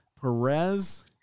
Perez